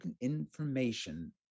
information